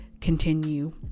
continue